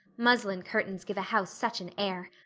muslin curtains give a house such an air.